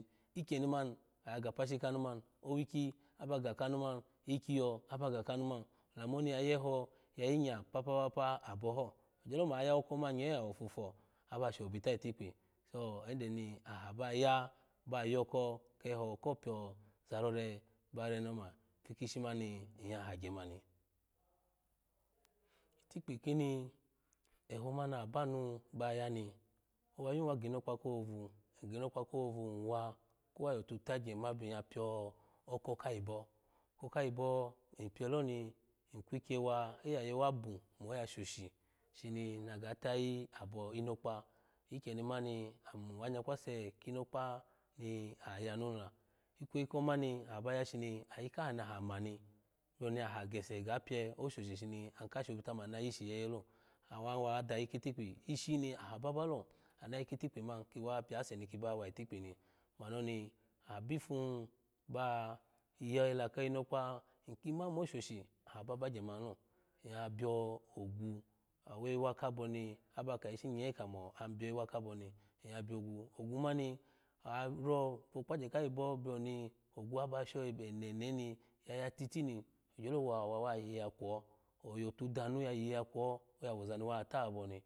Ikeyeni mani oya ga pashi kanu man owikyi aba ga anu man ikiyo aba ga kanu man olamu oni ya yeho ya nyinya apapapa abo ho ogyolo mo oya ya wo oko mani nye awo fufo aba shobita itikpi so yende ni aha ba ya ba yoko keho ko pio ozarore bare ni oma ifu kishi mani in ya hagye mani itikpi kini eho mani aha banu baya ni owa yun wa ginokpa kohavu in ginokpa ko hovu ng wa ko wa yotu tagye ma byu ya pio oko kayibo oko kayibo ng pie loni in kukye wa iiyaye wa bun mo oya shoshi shini na ga tayi abo inokpa ikyeni mani ami wo anyakwase kinokpa ni ayanu mila ikweyi komani aha baya shimi ayi kaha naha mani bioni aha gese ga pie oshoshini anka shobita mani na yishi yeye lo an wa dayi kitikpi ishini aha ba ba lo ayi kitikpi man kiba pyase niki ba wa itikpi ni mani oni abifu hun ba yela kinokpa in ki ma mo oshoshi aha ba bagye mamani lo in ya bio ogu awo ewa kabo ni aba ka ishi nye kamo an bye ewa kabi ni in ya bio ogu ogu mni aro vokpagye ka ayibo bioni ogu aba sho enenoni ni yaya titi ni ogyoto wa owawa yiyu akwo oyutu danu ya yiyi yakwo oya wozani wa taboni.